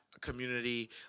community